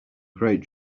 great